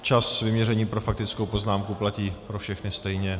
Čas vyměřený pro faktickou poznámku platí pro všechny stejně.